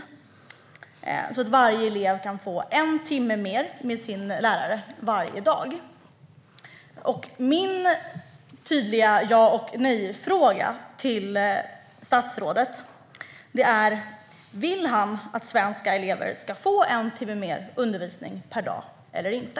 Med det förslaget kan varje elev få en timme mer med sin lärare varje dag. Min tydliga ja-eller-nej-fråga till statsrådet är: Vill han att svenska elever ska få en timme mer undervisning per dag eller inte?